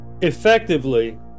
effectively